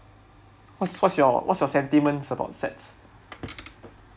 what's what's your what's your sentiments about sets